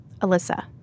Alyssa